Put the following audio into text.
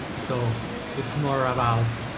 so it's more about